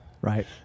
Right